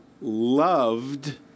loved